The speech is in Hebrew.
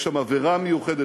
יש שם אווירה מיוחדת,